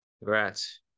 Congrats